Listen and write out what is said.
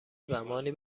زمانی